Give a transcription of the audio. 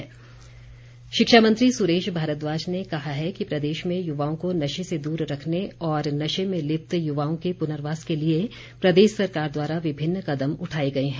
सुरेश भारद्वाज शिक्षा मंत्री सुरेश भारद्वाज ने कहा है कि प्रदेश में युवाओं को नशे से दूर रखने तथा नशे में लिप्त युवाओं के पुनर्वास के लिए प्रदेश सरकार द्वारा विभिन्न कदम उठाए गए हैं